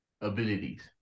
abilities